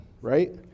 right